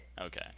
Okay